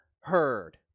heard